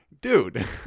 Dude